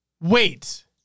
Wait